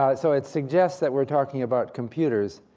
so it suggests that we're talking about computers.